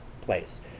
place